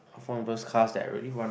fond of those cars that I really want